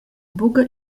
buca